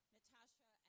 Natasha